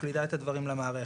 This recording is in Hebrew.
מקלידה את הדברים למערכת,